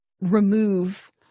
remove